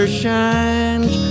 shines